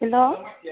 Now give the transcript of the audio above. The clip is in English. hello